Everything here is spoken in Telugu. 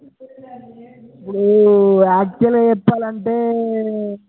ఇప్పుడు యాక్చువల్గా చెప్పాలంటే